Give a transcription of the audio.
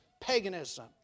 paganism